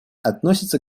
относится